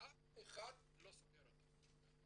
ואף אחד לא סוגר אותו.